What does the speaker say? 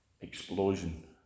explosion